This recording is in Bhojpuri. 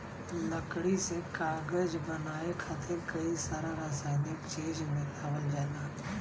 लकड़ी से कागज बनाये खातिर कई सारा रासायनिक चीज मिलावल जाला